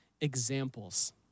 examples